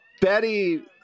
Betty